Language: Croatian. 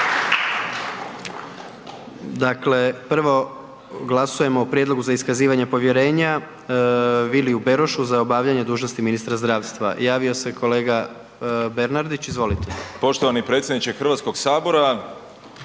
Dakle, prvo glasujemo o Prijedlogu za iskazivanje povjerenja Viliju Berošu za obavljanje dužnosti ministra zdravstva. Javio se kolega Bernardić, izvolite. **Bernardić, Davor (SDP)** Poštovani predsjedniče Hrvatskog sabora